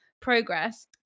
progress